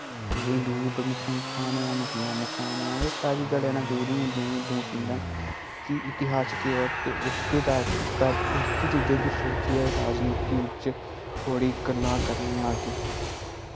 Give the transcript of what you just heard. हिन्दू गी नुकसान होया मुसलमानें नुकसान होया एह् सारी ज लेना जरूरी होंदियां हिन्दू मुसलिम ते कि इतिहास च केह् होआ दा ते उस्से दा कर उस्सी चीजा ही कुछ सोचियै ही राजनीती विच थोह्ड़ी गल्लां करनियां आग्गे